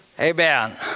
Amen